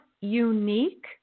unique